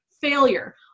failure